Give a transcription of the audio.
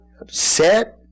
upset